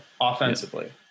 offensively